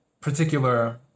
particular